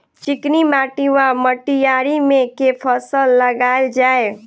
चिकनी माटि वा मटीयारी मे केँ फसल लगाएल जाए?